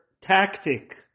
tactic